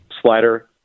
slider